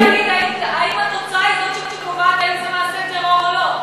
את יכולה להגיד האם התוצאה היא זאת שקובעת האם זה מעשה טרור או לא?